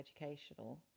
educational